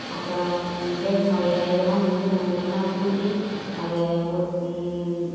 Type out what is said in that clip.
அப்புறம் வேப்பமரம் இலை இதெல்லாம் வந்து ஒன்றா கூட்டி அதை ஒரு